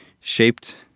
shaped